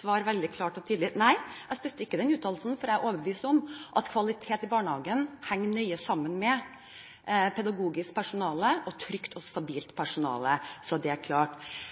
svare veldig klart og tydelig: Nei, jeg støtter ikke den uttalelsen, for jeg er overbevist om at kvalitet i barnehagen henger nøye sammen med et pedagogisk, trygt og stabilt personale. Da er det klart. Det har bekymret meg litt at særlig SV nå har gått så